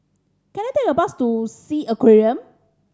can I take a bus to Sea Aquarium